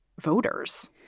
voters